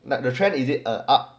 like the trend is it a err up